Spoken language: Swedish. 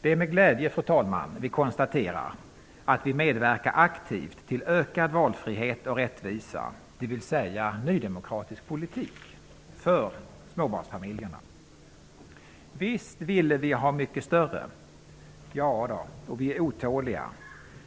Det är med glädje som vi konstaterar att vi aktivt medverkar till ökad valfrihet och rättvisa -- dvs. nydemokratisk politik -- för småbarnsfamiljerna. Visst ville vi ha mycket mera -- ja! Och vi är otåliga,